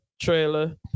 trailer